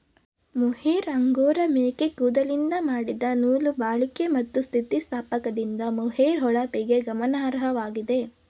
mohair angora ಮೇಕೆ ಕೂದಲಿಂದ ಮಾಡಿದ ನೂಲು ಬಾಳಿಕೆ ಮತ್ತು ಸ್ಥಿತಿಸ್ಥಾಪಕದಿಂದ ಮೊಹೇರ್ ಹೊಳಪಿಗೆ ಗಮನಾರ್ಹವಾಗಿದೆ